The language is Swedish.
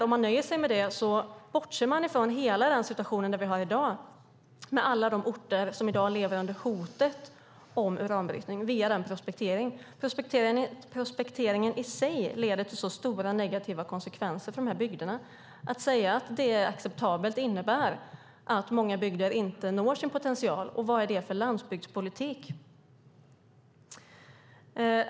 Om man nöjer sig med det bortser man från hela den situation som vi har i dag, med alla de orter som lever under hotet om uranbrytning genom prospekteringen. Prospekteringen i sig leder till stora negativa konsekvenser för de bygderna. Att säga att det är acceptabelt innebär att många bygder inte når sin potential. Vad är det för landsbygdspolitik?